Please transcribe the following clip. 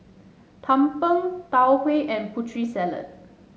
Tumpeng Tau Huay and Putri Salad